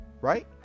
right